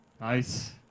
Nice